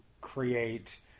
create